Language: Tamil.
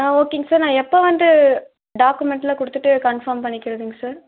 ஆ ஓகேங்க சார் நான் எப்போ வந்து டாக்குமெண்ட்டுலாம் கொடுத்துட்டு கன்ஃபார்ம் பண்ணிக்கிறதுங்க சார்